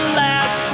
last